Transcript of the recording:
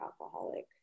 alcoholic